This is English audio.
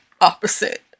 opposite